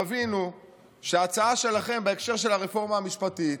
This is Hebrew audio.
תבינו שההצעה שלכם בהקשר של הרפורמה המשפטית